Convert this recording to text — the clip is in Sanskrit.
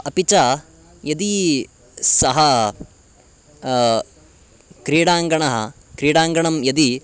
अपि च यदि सः क्रीडाङ्गणः क्रीडाङ्गणं यदि